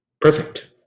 perfect